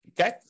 Okay